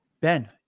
Ben